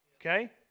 okay